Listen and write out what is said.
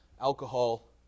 alcohol